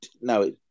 no